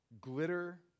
glitter